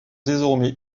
désormais